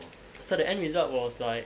so the end result was like